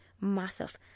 massive